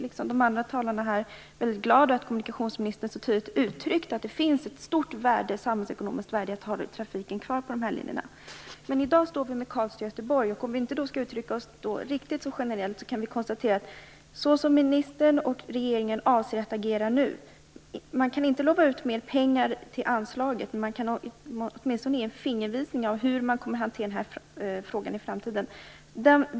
Liksom de andra talarna är jag väldigt glad över att kommunikationsministern så tydligt uttryckt att det finns ett stort samhällsekonomiskt värde i att ha trafiken kvar på de här linjerna. Men i dag talar vi om sträckan Karlstad Göteborg. Om vi inte skall uttrycka oss riktigt så generellt, kan vi konstatera hur ministern och regeringen avser att agera nu. Man kan inte lova ut mer pengar till anslaget, men man kan åtminstone ge en fingervisning om hur man kommer att hantera frågan i framtiden.